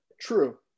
True